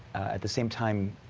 at the same time,